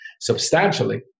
substantially